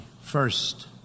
first